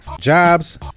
jobs